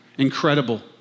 Incredible